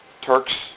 Turks